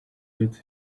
with